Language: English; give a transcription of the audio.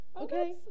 Okay